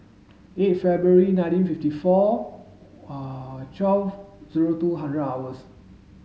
eight February nineteen fifty four twelve zero two hundred hours